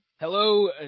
Hello